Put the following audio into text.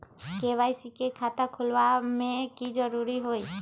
KYC के खाता खुलवा में की जरूरी होई?